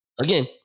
again